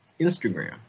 Instagram